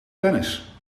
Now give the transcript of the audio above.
tennis